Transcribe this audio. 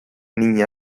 niña